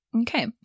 Okay